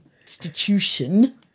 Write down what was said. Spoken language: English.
institution